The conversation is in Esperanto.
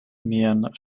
mian